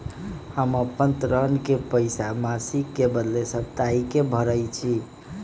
हम अपन ऋण के पइसा मासिक के बदले साप्ताहिके भरई छी